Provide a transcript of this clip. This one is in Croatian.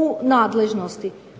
u nadležnosti.